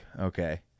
Okay